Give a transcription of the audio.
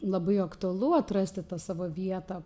labai aktualu atrasti tą savo vietą